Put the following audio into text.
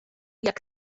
jak